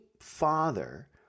father